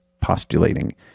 postulating